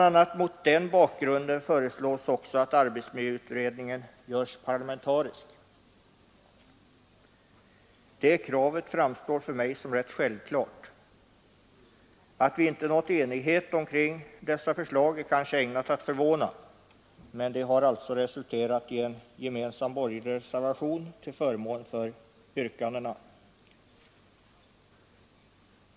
Mot den bakgrunden föreslås bl.a. också att arbetsmiljöutredningen görs parlamentarisk. Det kravet framstår för mig som rätt självklart. Att vi inte nått enighet kring dessa förslag är kanske ägnat att förvåna, men de har alltså resulterat i en gemensam borgerlig reservation till förmån för yrkandena.